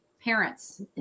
parents